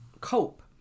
cope